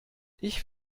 ich